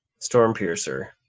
Stormpiercer